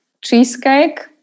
cheesecake